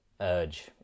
urge